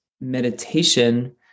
meditation